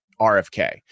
RFK